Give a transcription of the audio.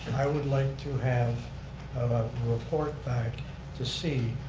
i would like to have a report back to see